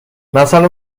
مثلا